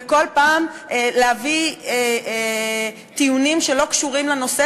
וכל פעם להביא טיעונים שלא קשורים לנושא